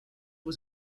was